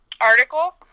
article